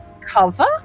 cover